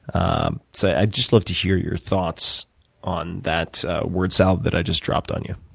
um so i'd just love to hear your thoughts on that word salad that i just dropped on you.